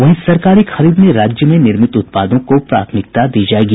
वहीं सरकारी खरीद में राज्य में निर्मित उत्पादों को प्राथमिकता दी जायेगी